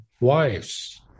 wives